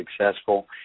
successful